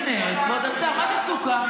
הינה, כבוד השר, מה זה סוקה?